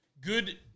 good